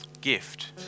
gift